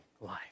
life